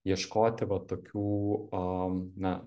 ieškoti va tokių a na